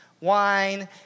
wine